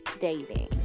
dating